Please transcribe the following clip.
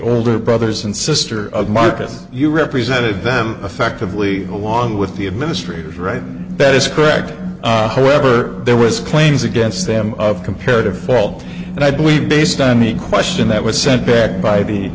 older brothers and sister of marcus you represented them effectively along with the administrators right that is correct however there was claims against them of comparative fault and i believe based on the question that was sent back by the